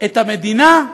את המדינה,